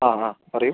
ആ ആ പറയൂ